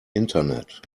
internet